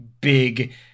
big